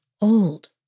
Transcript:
old